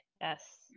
Yes